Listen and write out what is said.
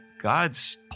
God's